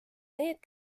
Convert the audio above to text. need